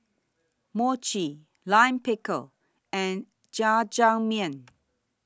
Mochi Lime Pickle and Jajangmyeon